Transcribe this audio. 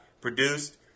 Produced